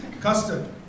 Custard